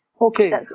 Okay